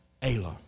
Ayla